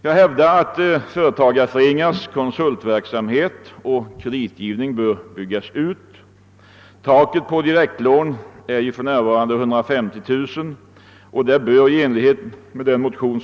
Jag hävdar att företagareföreningarnas konsultverk-- samhet och kreditgivning bör byggas ut. Taket på direktlån, som för närvarande är 150 000 kr., bör höjas i enlig-- het med förslaget i min motion.